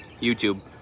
YouTube